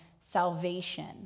salvation